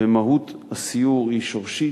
ומהות הסיור היא שורשית,